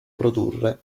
produrre